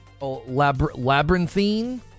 Labyrinthine